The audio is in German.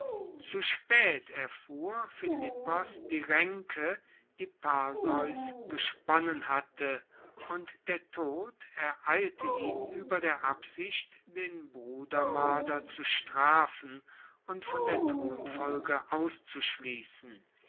zu spaet erfuhr philippos die raenke die perseus gesponnen hatte und der tod ereilte ihn ueber der absicht den brudermoerder zu strafen und von der thronfolge auszuschliessen